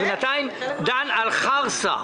אני בינתיים דן על חרסה